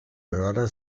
mörder